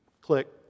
Click